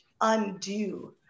undo